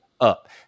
up